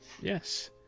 yes